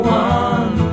one